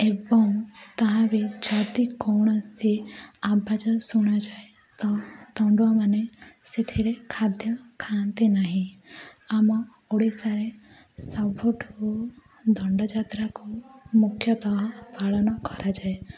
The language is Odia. ଏବଂ ତାହା ବି ଯଦି କୌଣସି ଆବାଜ ଶୁଣାଯାଏ ତ ଦଣ୍ଡୁଆମାନେ ସେଥିରେ ଖାଦ୍ୟ ଖାଆନ୍ତି ନାହିଁ ଆମ ଓଡ଼ିଶାରେ ସବୁଠୁ ଦଣ୍ଡଯାତ୍ରାକୁ ମୁଖ୍ୟତଃ ପାଳନ କରାଯାଏ